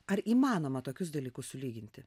ar įmanoma tokius dalykus sulyginti